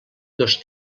dos